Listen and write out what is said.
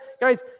Guys